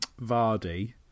Vardy